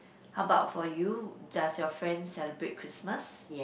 how about for you does your friend celebrate Christmas